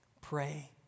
pray